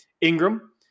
Ingram